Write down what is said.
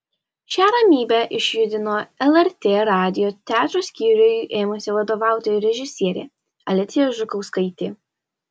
šią ramybę išjudino lrt radijo teatro skyriui ėmusi vadovauti režisierė alicija žukauskaitė